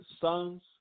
sons